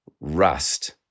rust